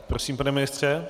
Prosím, pane ministře.